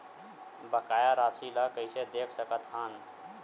बकाया राशि ला कइसे देख सकत हान?